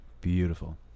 beautiful